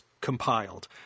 compiled